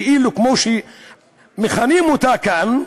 כאילו, כמו שמכנים אותה כאן,